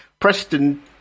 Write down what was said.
Preston